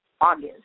August